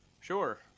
Sure